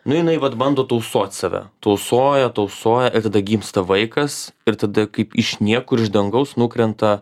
nu jinai vat bando tausot save tausoja tausoja ir tada gimsta vaikas ir tada kaip iš niekur iš dangaus nukrenta